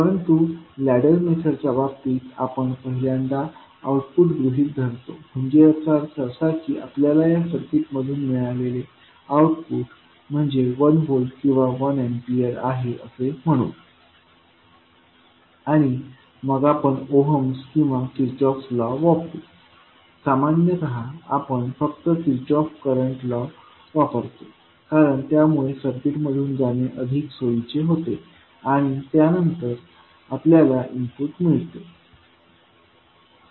परंतु लॅडर मेथडच्या बाबतीत आपण पहिल्यांदा आउटपुट गृहित धरतो म्हणजे याचा अर्थ असा की आपल्याला या सर्किटमधून मिळालेले आउटपुट म्हणजे 1 व्होल्ट किंवा 1 अँपिअर आहे असे म्हणू आणि मग आपण ओहम्स आणि किर्चहॉफ लॉ वापरू सामान्यत आपण फक्त किर्चहॉफ करंट लॉ वापरतो कारण त्यामुळे सर्किट मधून जाणे अधिक सोयीचे होते आणि त्यानंतर आपल्याला इनपुट मिळते